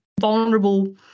vulnerable